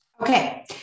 Okay